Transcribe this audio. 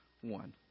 one